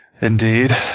Indeed